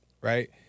Right